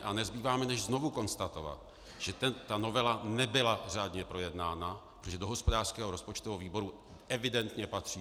A nezbývá mi než znovu konstatovat, že ta novela nebyla řádně projednána, protože do hospodářského a rozpočtového výboru evidentně patří.